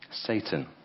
Satan